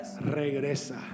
regresa